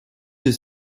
des